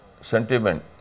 sentiment